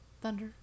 Thunder